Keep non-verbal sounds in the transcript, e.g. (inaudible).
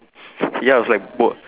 (laughs) ya I was like bald